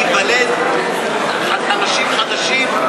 להיוולד אנשים חדשים?